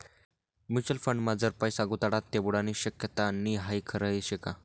Mutual फंडमा जर पैसा गुताडात ते बुडानी शक्यता नै हाई खरं शेका?